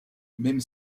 même